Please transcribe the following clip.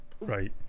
Right